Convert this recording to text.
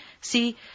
see